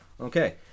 Okay